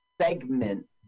segment